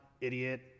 idiot